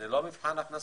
ללא מבחן הכנסה.